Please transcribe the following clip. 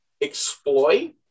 exploit